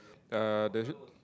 uh the j~